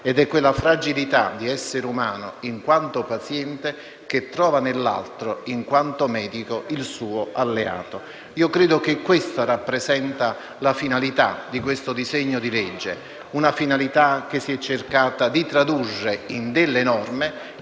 Ed è quella fragilità di essere umano in quanto paziente che trova nell'altro, in quanto medico, il suo alleato. Credo che ciò rappresenti la finalità di questo disegno di legge, una finalità che si è cercato di tradurre in norme